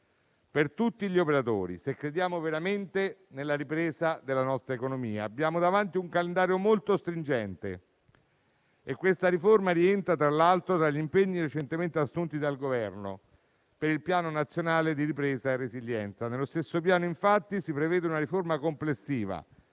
per tutti gli operatori, se crediamo veramente nella ripresa della nostra economia. Abbiamo davanti un calendario molto stringente e questa riforma rientra, tra l'altro, tra gli impegni precedentemente assunti dal Governo per il Piano nazionale di ripresa e resilienza. Nello stesso piano, infatti, si prevede una riforma complessiva